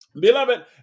Beloved